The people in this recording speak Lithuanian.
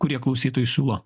kurie klausytojai siūlo